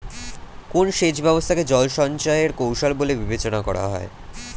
কোন সেচ ব্যবস্থা কে জল সঞ্চয় এর কৌশল বলে বিবেচনা করা হয়?